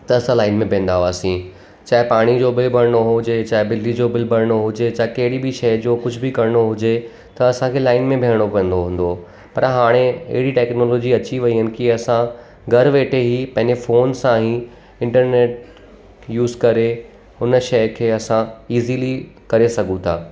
त असां लाइन में बीहंदा हुआसीं चाहे पाणीअ जो बिल भरिणो हुजे चाहे बिजली जो बिल भरिणो हुजे चाहे कहिड़ी बि शइ जो कुझु बि करिणो हुजे त असांखे लाइन में बीहणो पवंदो हूंदो हो पर हाणे अहिड़ी टैक्नॉलोजी अची अई वयूं आहिनि की असां घरु वेठे ई पंहिंजे फ़ोन सां ई इंटरनैट यूज़ करे हुन शइ खे असां इज़ीली करे सघूं था